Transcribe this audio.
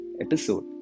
episode